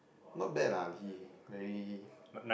not bad lah he very